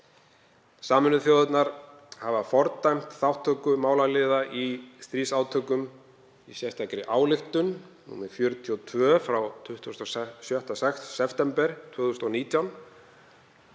Sameinuðu þjóðirnar hafa fordæmt þátttöku málaliða í stríðsátökum í sérstakri ályktun nr. 42 frá 26. september 2019.